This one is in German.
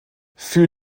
für